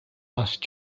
last